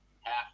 half